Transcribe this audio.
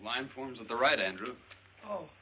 e line forms of the right andrew oh